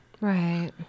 right